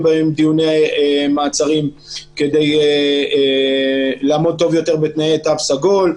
בהם דיוני מעצרים כדי לעמוד טוב בתנאי תו סגול.